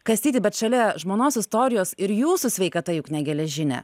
kastyti bet šalia žmonos istorijos ir jūsų sveikata juk ne geležinė